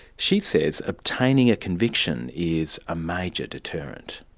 she says obtaining a conviction is a major deterrent.